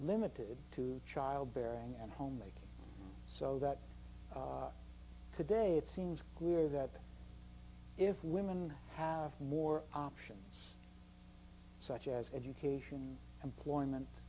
limited to childbearing and homemaking so that today it seems clear that if women have more options such as education employment